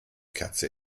katze